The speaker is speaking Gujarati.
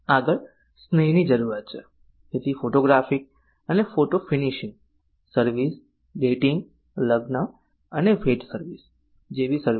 આગળ સ્નેહની જરૂરિયાત છે તેથી ફોટોગ્રાફિક અને ફોટો ફિનિશિંગ સર્વિસ ડેટિંગ લગ્ન અને ભેટ સર્વિસ જેવી સર્વિસ